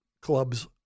clubs